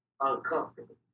uncomfortable